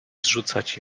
zrzucać